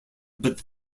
but